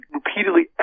repeatedly